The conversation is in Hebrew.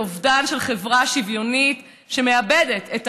זה אובדן של חברה שוויוניות שמאבדת את